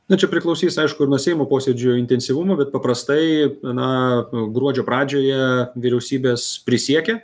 nu čia priklausys aišku ir nuo seimo posėdžių intensyvumo bet paprastai na gruodžio pradžioje vyriausybės prisiekia